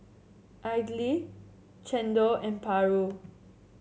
idly chendol and paru